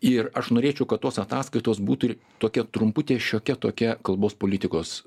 ir aš norėčiau kad tos ataskaitos būtų ir tokia trumputė šiokia tokia kalbos politikos